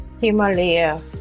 Himalaya